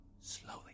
Slowly